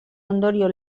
ondorio